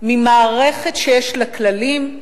ממערכת שיש לה כללים,